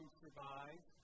survive